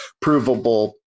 provable